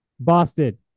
Boston